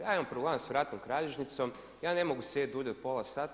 Ja imam problema sa vratnom kralježnicom, ja ne mogu sjediti dulje od pola sata.